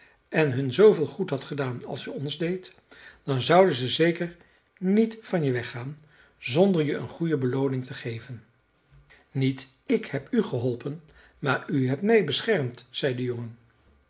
en hun zooveel goed hadt gedaan als je ons deedt dan zouden ze zeker niet van je weggaan zonder je een goede belooning te geven niet ik heb u geholpen maar u hebt mij beschermd zei de jongen